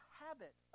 habit